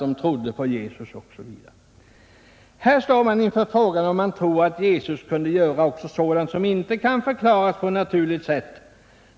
Den fortsatta texten lyder: ”Här står man inför frågan, om man tror, att Jesus kunde göra också sådant som inte kan förklaras på naturligt sätt.